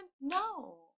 No